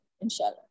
inshallah